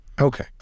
Okay